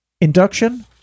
Induction